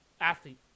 athlete